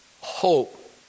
hope